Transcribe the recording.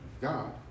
God